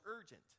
urgent